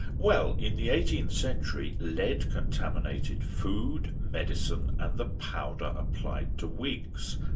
well, in the eighteenth century lead contaminated food, medicine and the powder applied to wigs,